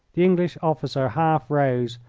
the english officer half rose,